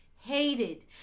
hated